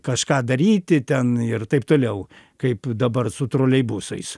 kažką daryti ten ir taip toliau kaip dabar su troleibusais